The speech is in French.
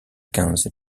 quinze